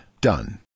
done